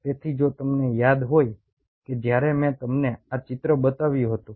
તેથી જો તમને યાદ હોય કે જ્યારે મેં તમને આ ચિત્ર બતાવ્યું હતું